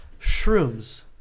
Shrooms